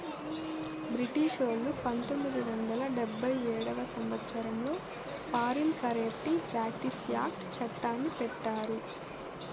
బ్రిటిషోల్లు పంతొమ్మిది వందల డెబ్భై ఏడవ సంవచ్చరంలో ఫారిన్ కరేప్ట్ ప్రాక్టీస్ యాక్ట్ చట్టాన్ని పెట్టారు